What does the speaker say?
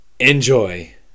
Enjoy